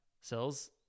cells